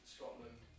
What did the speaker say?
Scotland